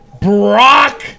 Brock